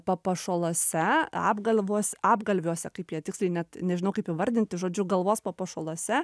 papuošaluose apgalvuos apgalviuose kaip jie tiksliai net nežinau kaip įvardinti žodžiu galvos papuošaluose